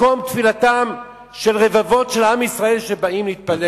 מקום תפילתם של רבבות מעם ישראל שבאים להתפלל,